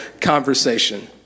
conversation